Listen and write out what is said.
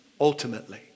ultimately